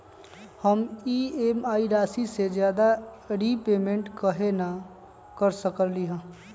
हम ई.एम.आई राशि से ज्यादा रीपेमेंट कहे न कर सकलि ह?